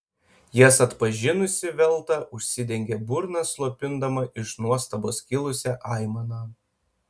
jas atpažinusi velta užsidengė burną slopindama iš nuostabos kilusią aimaną